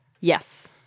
Yes